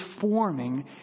forming